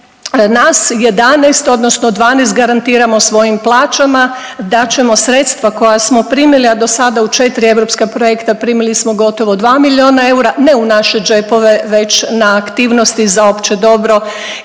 nas 11 odnosno 12 garantiramo svojim plaćama da ćemo sredstva koja ćemo primili, a dosada u 4 europska projekta primili smo gotovo 2 miliona eura, ne u naše džepove već na aktivnosti za opće dobro